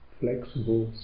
flexible